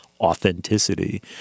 authenticity